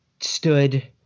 stood